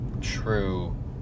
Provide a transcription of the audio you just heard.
true